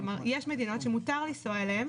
יש מדינות שמותר לנסוע אליהן,